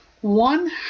one